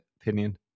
opinion